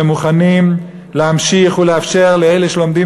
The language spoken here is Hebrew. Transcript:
והם מוכנים להמשיך ולאפשר לאלה שלומדים